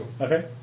Okay